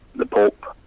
the pope,